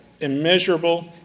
immeasurable